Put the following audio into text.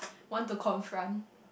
want to confront